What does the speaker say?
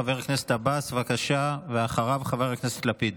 חבר הכנסת עבאס, בבקשה, ואחריו, חבר הכנסת לפיד.